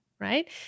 Right